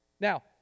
Now